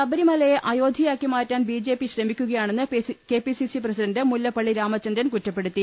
ശബരിമലയെ അയോധ്യയാക്കി മാറ്റാൻ ബി ജെ പി ശ്രമിക്കു കയാണെന്ന് കെപിസിസി പ്രസിഡണ്ട് മുല്ലപ്പള്ളി രാമചന്ദ്രൻ കുറ്റ പ്പെടത്തി